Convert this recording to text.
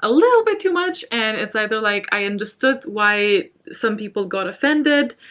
a little bit too much. and it's either like, i understood why some people got offended.